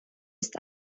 ist